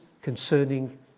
Concerning